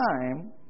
time